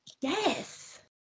Yes